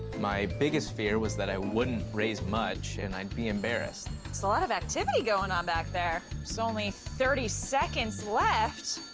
my biggest fear was that i wouldn't raise much, and i'd be embarrassed. there's a lot of activity going on back there. there's so only thirty seconds left.